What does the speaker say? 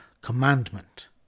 commandment